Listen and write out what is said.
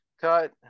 cut